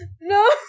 No